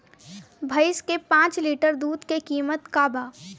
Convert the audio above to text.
भईस के पांच लीटर दुध के कीमत का बा?